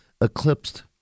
eclipsed